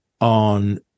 on